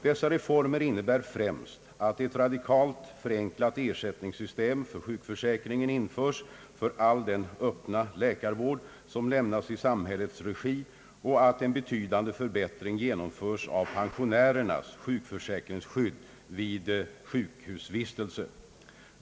Dessa reformer innebär främst att ett radikalt förenklat ersättningssystem för sjukförsäkringen införs för all den öppna läkarvård som lämnas i samhällets regi och att en betydande förbättring genomförs av pen sionärernas sjukförsäkringsskydd vid sjukhusvistelse.